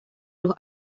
los